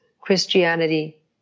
Christianity